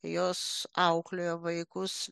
jos auklėjo vaikus